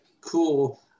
cool